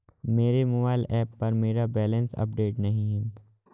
मेरे mobile app पर मेरा बैलेंस अपडेट नहीं है